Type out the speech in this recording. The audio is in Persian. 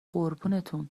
قربونتون